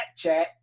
Snapchat